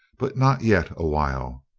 but not yet a while.